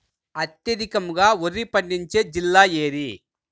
అత్యధికంగా వరి పండించే జిల్లా ఏది?